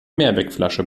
mehrwegflasche